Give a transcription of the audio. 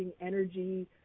energy